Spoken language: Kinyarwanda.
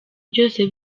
byose